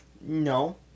No